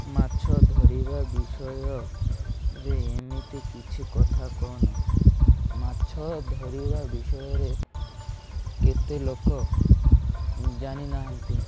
ମାଛ ଧରିବା ବିଷୟରେ ଏମିତି କିଛି କଥା କ'ଣ ମାଛ ଧରିବା ବିଷୟରେ କେତେ ଲୋକ ଜାଣି ନାହାନ୍ତି